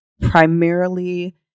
primarily